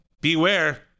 beware